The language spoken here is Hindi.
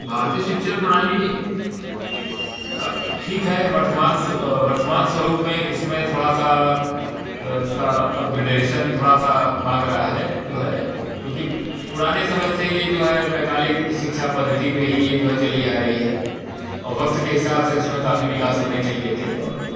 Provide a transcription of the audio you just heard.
भारतीय शिक्षा प्रणाली का ठीक है वर्तमान स वर्तमान स्वरूप में इसमें थोड़ा सा इसका अपग्रेडाइजेशन थोड़ा सा मांग रहा है जो है क्योंकि पुराने समय से यह जो है मैकाले की शिक्षा पद्धति पर ही यह जो है चली जा रही है और वक्त के हिसाब से उसमें काफ़ी विकास होने चाहिए थे और